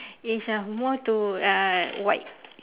it is uh more to uh white